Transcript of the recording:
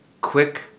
quick